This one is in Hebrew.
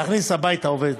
להכניס הביתה עובד.